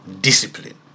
discipline